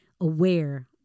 aware